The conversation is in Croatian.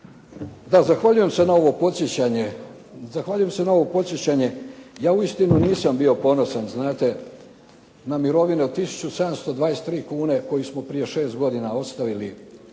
Zahvaljujem se na ovo podsjećanje. Ja uistinu nisam bio ponosan znate na mirovine od tisuću 723 kune koje smo prije 6 godina ostavili